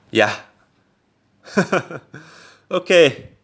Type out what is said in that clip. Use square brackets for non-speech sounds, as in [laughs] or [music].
ya [laughs] okay